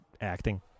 acting